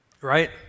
right